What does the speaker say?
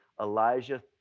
Elijah